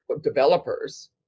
developers